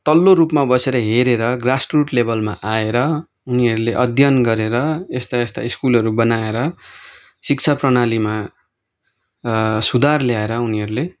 तल्लो रूपमा बसेर हेरेर ग्रासरूट लेबलमा आएर उनीहरूले अध्ययन गरेर यस्ता यस्ता स्कुलहरू बनाएर शिक्षा प्रणालीमा सुधार ल्याएर उनीहरूले